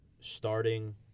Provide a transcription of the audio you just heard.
Starting